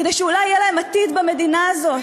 כדי שאולי יהיה להם עתיד במדינה הזאת.